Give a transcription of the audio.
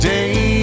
Day